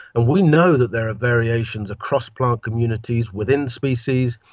and we know that there are variations across plant communities, within species,